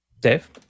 Dave